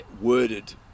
worded